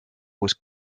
was